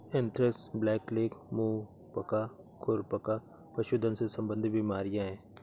anthrax, blackleg, मुंह पका, खुर पका पशुधन से संबंधित बीमारियां हैं